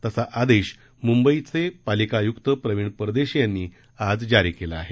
तसा आदेश मुंबईचे पालिका आयुक्त प्रवीण परदेशी यांनी आज जारी केला आहे